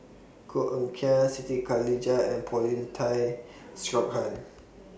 Koh Eng Kian Siti Khalijah and Paulin Tay Straughan